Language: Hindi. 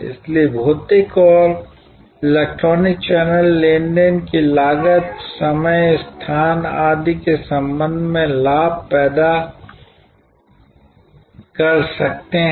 इसलिए भौतिक और इलेक्ट्रॉनिक चैनल लेन देन की लागत समय स्थान आदि के संबंध में लाभ पैदा कर सकते हैं